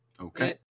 Okay